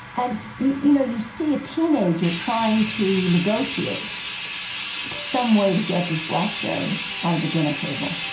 and you you know, you see a teenager trying to negotiate some way to get this blackberry out of the dinner table,